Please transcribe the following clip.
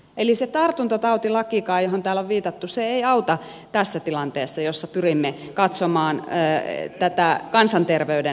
eli se tartuntatautilakikaan johon täällä on viitattu ei auta tässä tilanteessa jossa pyrimme katsomaan tätä kansanterveyden näkökulmasta